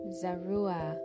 zarua